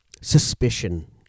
suspicion